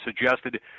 suggested